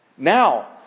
Now